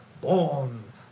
born